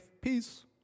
Peace